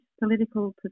political